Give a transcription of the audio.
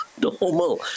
normal